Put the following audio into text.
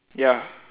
ya